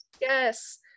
yes